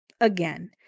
Again